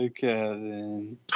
Kevin